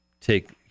take